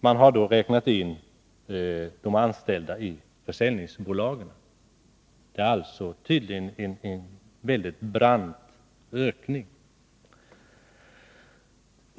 Man har då räknat in de anställda i försäljningsbolagen. Det är tydligen en väldigt brant ökning.